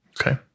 Okay